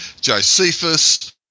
Josephus